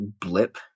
blip